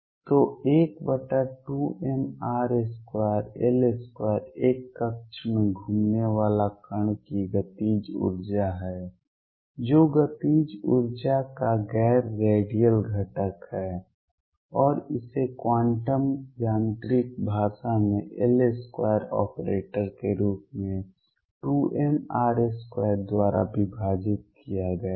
तो 12mr2L2 एक कक्षा में घूमने वाले कण की गतिज ऊर्जा है जो गतिज ऊर्जा का गैर रेडियल घटक है और इसे क्वांटम यांत्रिक भाषा में L2 ऑपरेटर के रूप में 2mr2 द्वारा विभाजित किया गया है